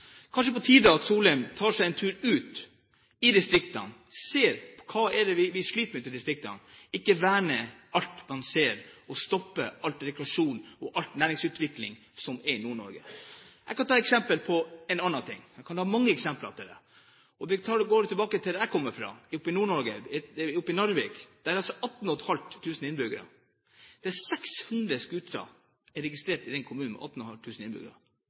kanskje på tide at Solheim tar seg en tur ut i distriktene og ser hva de sliter med der, og ikke verner alt man ser, stopper all rekreasjon og all næringsutvikling som er i Nord-Norge. Jeg kan ta et annet eksempel – jeg kunne tatt mange eksempler – og da går vi til der jeg kommer fra, Narvik i Nord-Norge, der det er 18 500 innbyggere. Det er registrert 600 scootere i den kommunen med 18 500 innbyggere!